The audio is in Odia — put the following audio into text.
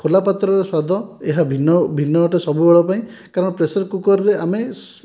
ଖୋଲା ପାତ୍ରର ସ୍ୱାଦ ଏହା ଭିନ୍ନ ଭିନ୍ନ ଅଟେ ସବୁବେଳ ପାଇଁ କାରଣ ପ୍ରେସର୍କୁକର୍ରେ ଆମେ